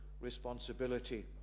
responsibility